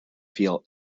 feel